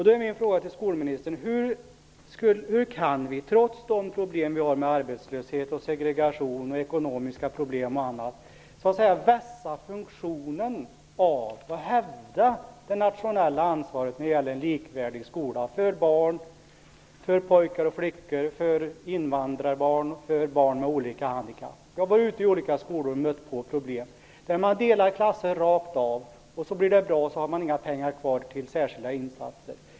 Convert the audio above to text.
Då är min fråga till skolministern: Hur kan vi, trots problemen med arbetslöshet, segregation, ekonomi och annat, vässa funktionerna och hävda det nationella ansvaret när det gäller en likvärdig skola för barn, för pojkar och flickor, invandrarbarn och barn med olika handikapp? Jag har varit ute i olika skolor och har mött problem när man har delat klasser rakt av och det sedan inte funnits några pengar kvar till särskilda insatser.